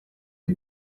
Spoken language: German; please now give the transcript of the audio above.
die